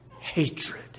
hatred